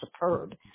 superb